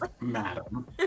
madam